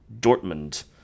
Dortmund